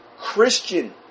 Christian